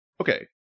Okay